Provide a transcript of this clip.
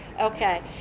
Okay